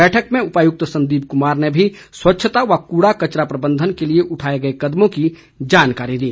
बैठक में उपायुक्त संदीप कुमार ने भी स्वच्छता व कूड़ा कचरा प्रबंधन के लिए उठाए गए कदमों की जानकारी दी